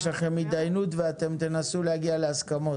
יש לכם הידיינות ואתם תנסו להגיע להסכמות.